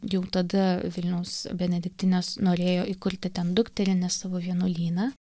jau tada vilniaus benediktinės norėjo įkurti ten dukterinį savo vienuolyną